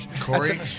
Corey